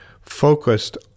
focused